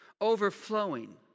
Overflowing